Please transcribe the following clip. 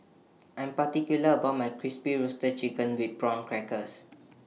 I Am particular about My Crispy Roasted Chicken with Prawn Crackers